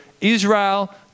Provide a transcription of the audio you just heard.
Israel